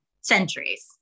centuries